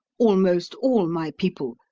almost all my people,